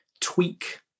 tweak